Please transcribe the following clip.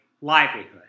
livelihood